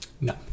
No